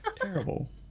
Terrible